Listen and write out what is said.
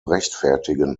rechtfertigen